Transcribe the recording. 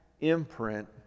imprint